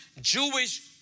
Jewish